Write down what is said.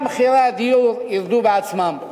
גם מחירי הדיור בעצמם ירדו.